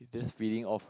just feeding off